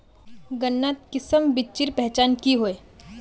गन्नात किसम बिच्चिर पहचान की होय?